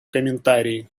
комментарии